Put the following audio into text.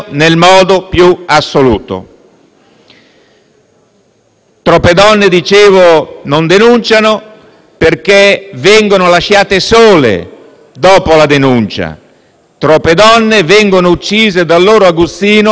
Troppe donne, dicevo, non denunciano perché vengono lasciate sole dopo la denuncia; troppe donne vengono uccise dal loro aguzzino perché lasciate sole dallo Stato.